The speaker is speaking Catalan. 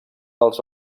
dels